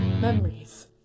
Memories